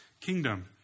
kingdom